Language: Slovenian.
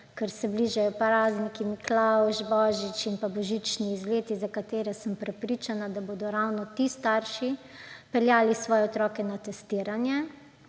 ker se bližajo prazniki, Miklavž, božič in pa božični izleti, za katere sem prepričana, da bodo ravno ti starši peljali svoje otroke na testiranje,